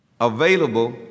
available